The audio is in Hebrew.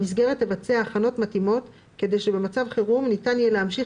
המסגרת תבצע הכנות מתאימות כדי שבמצב חירום ניתן יהיה להמשיך